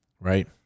right